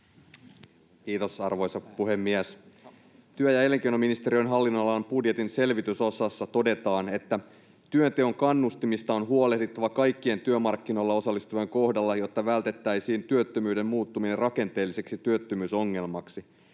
Kiitos, arvoisa puhemies! Työ‑ ja elinkei-noministeriön hallinnonalan budjetin selvitysosassa todetaan: ”Työnteon kannustimista on huolehdittava kaikkien työmarkkinoille osallistuvien kohdalla, jotta vältettäisiin työttömyyden muuttuminen rakenteelliseksi työttömyysongelmaksi.”